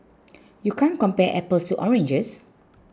you can't compare apples to oranges